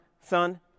son